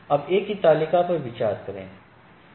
अब ए की तालिका पर विचार करें